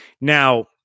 Now